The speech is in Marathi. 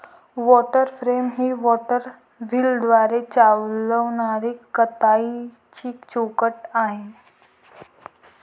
वॉटर फ्रेम ही वॉटर व्हीलद्वारे चालविणारी कताईची चौकट आहे